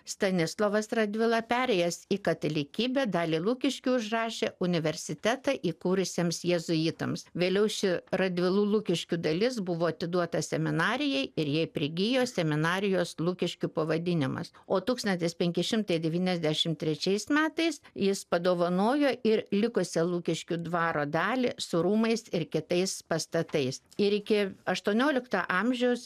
stanislovas radvila perėjęs į katalikybę dalį lukiškių užrašė universitetą įkūrusiems jėzuitams vėliau ši radvilų lukiškių dalis buvo atiduota seminarijai ir jai prigijo seminarijos lukiškių pavadinimas o tūkstantis penki šimtai devyniasdešim trečiaus metais jis padovanojo ir likusią lukiškių dvaro dalį su rūmais ir kitais pastatais ir iki aštuoniolikto amžiaus